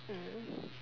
mm